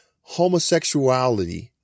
homosexuality